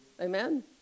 Amen